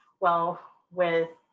well, with